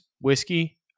whiskey